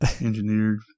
engineered